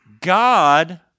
God